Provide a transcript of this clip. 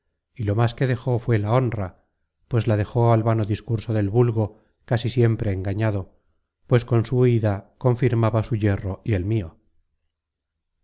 y lo más que dejó fué la honra pues la dejó al vano discurso del vulgo casi siempre engañado pues con su huida confirmaba su yerro y el mio